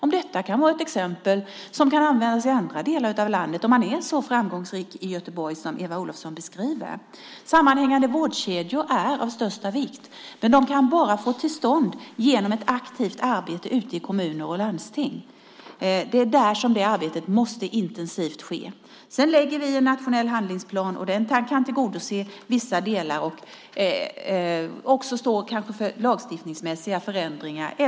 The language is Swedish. Om man är så framgångsrik i Göteborg som Eva Olofsson beskriver kanske detta exempel kan användas i andra delar av landet. Sammanhängande vårdkedjor är av största vikt, men de kan bara komma till stånd genom ett aktivt arbete ute i kommuner och landsting. Det är där detta arbete intensivt måste ske. Vi lägger också fram en nationell handlingsplan. Den kan tillgodose vissa delar och också eventuellt stå för lagstiftningsmässiga förändringar.